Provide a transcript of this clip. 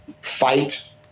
fight